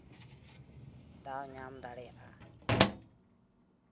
ᱫᱟᱣ ᱧᱟᱢ ᱫᱟᱲᱮᱭᱟᱜᱼᱟ